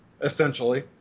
essentially